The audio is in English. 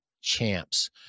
champs